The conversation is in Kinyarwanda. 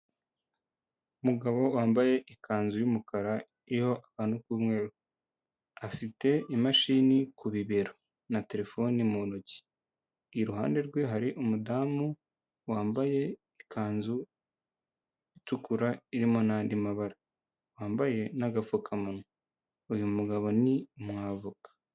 Umugabo wambaye ikanzu y'umukara iriho akantu k'umweru afite imashini ku bibero na terefone mu ntoki iruhande rwe hari umudamu wambaye ikanzu itukura irimo n'andi mabara wambaye n'agapfukamunwa uyu mugabo ni umwavoka.